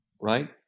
Right